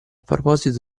proposito